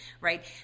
right